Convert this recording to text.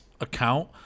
account